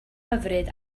hyfryd